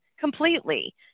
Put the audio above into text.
completely